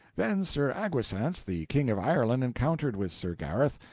then sir agwisance the king of ireland encountered with sir gareth,